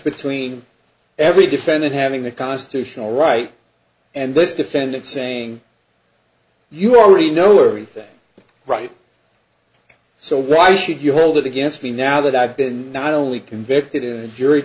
between every defendant having a constitutional right and this defendant saying you already know everything right so why should you hold it against me now that i've been not only convicted in a jury